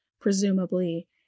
presumably